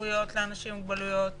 הזכויות לאנשים עם מוגבלויות